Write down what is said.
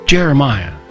Jeremiah